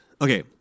Okay